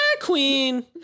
queen